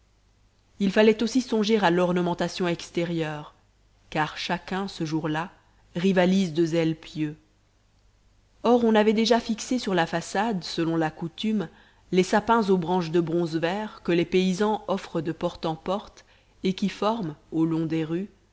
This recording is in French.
il fallait aussi songer à l'ornementation extérieure car chacun ce jour-là rivalise de zèle pieux or on avait déjà fixé sur la façade selon la coutume les sapins aux branches de bronze vert que les paysans offrent de porte en porte et qui forment au long des rues